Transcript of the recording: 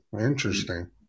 interesting